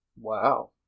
Wow